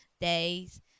days